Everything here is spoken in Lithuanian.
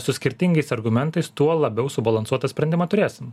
su skirtingais argumentais tuo labiau subalansuotą sprendimą turėsim